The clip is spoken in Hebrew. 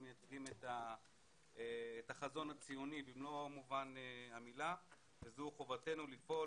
הם מייצגים את החזון הציוני במלוא מובן המילה וזו חובתנו לפעול